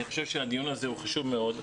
אני חושב שהדיון הזה הוא חשוב מאוד.